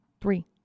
three